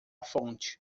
fonte